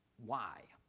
why?